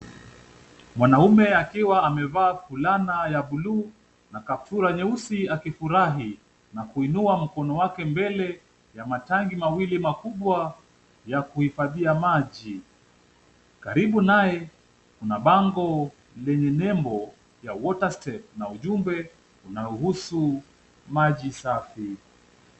Mwanamume akiwa amevaa fulana ya bluu na kaptura nyeusi akifurahi na kuinua mkono wake mbele ya matanki mawili makubwa ya kuhifadhia maji, karibu naye kuna bango lenye nembo ya WaterStep na ujumbe unaohusu maji safi.